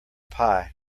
pie